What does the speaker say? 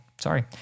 Sorry